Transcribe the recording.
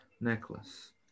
necklace